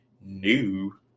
new